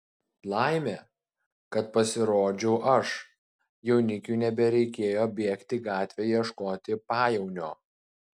laimė kad pasirodžiau aš jaunikiui nebereikėjo bėgti į gatvę ieškoti pajaunio